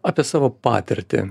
apie savo patirtį